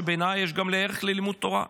בעיניי יש ערך גם ללימוד תורה,